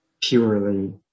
purely